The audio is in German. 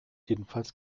jedenfalls